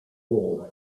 wool